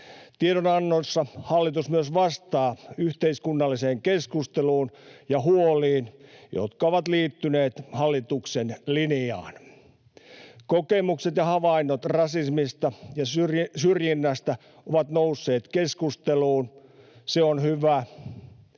Tiedonannossa hallitus myös vastaa yhteiskunnalliseen keskusteluun ja huoliin, jotka ovat liittyneet hallituksen linjaan. Kokemukset ja havainnot rasismista ja syrjinnästä ovat nousseet keskusteluun. Se on hyvä.